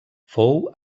fou